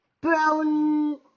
Brown